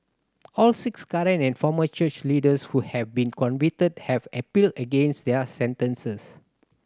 all six current and former church leaders who have been convicted have appealed against their sentences